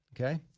Okay